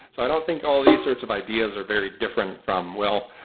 so i don't think all of these sets of ideas are very different from, well,